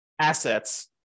assets